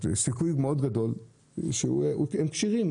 יש סיכוי גדול מאוד שהם כשירים,